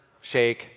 shake